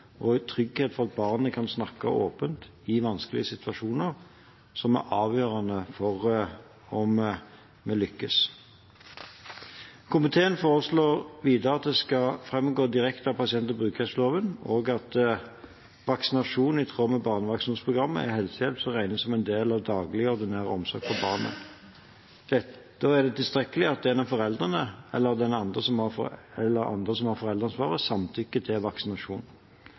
en trygghet for at barnet kan snakke åpent i vanskelige situasjoner, som er avgjørende for om vi lykkes. Komiteen foreslår videre at det skal framgå direkte av pasient- og brukerrettighetsloven at vaksinasjon i tråd med barnevaksinasjonsprogrammet er helsehjelp som regnes som en del av daglig, ordinær omsorg for barnet. Da er det tilstrekkelig at en av foreldrene, eller andre som har foreldreansvaret, samtykker til vaksinasjon.